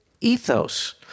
ethos